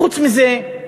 חוץ מזה,